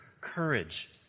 courage